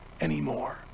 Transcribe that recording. anymore